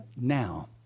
now